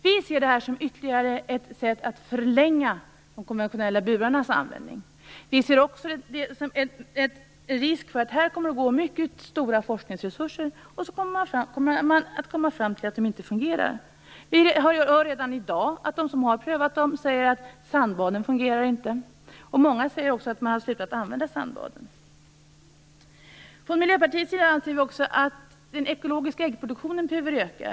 Vi ser det här som ytterligare ett sätt att förlänga de konventionella burarnas användning. Vi ser också en risk för att det kommer att anslås mycket stora forskningsresurser på dessa men att man ändå kommer fram till att de inte fungerar. Vi hör redan i dag dem som har prövat dem säga att sandbaden inte fungerar. Många säger att de har slutat att använda sandbaden. Vi anser från Miljöpartiets sida också att den ekologiska äggproduktionen behöver öka.